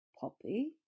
Poppy